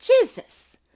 Jesus